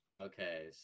okay